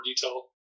detail